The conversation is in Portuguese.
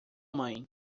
mãe